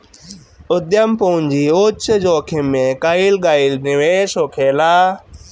उद्यम पूंजी उच्च जोखिम में कईल गईल निवेश होखेला